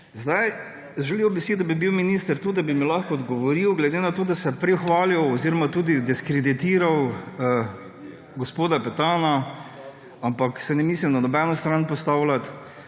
vode. Želel bi si, da bi bil minister tu, da bi mi lahko odgovoril, glede na to, da se je prej hvalil oziroma tudi diskreditiral gospoda Petana, ampak se ne mislim na nobeno stran postavljati.